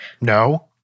No